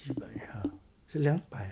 几百 !huh! 是两百